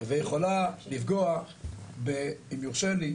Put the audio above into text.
ויכולה לפגוע אם יורשה לי,